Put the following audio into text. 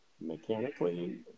mechanically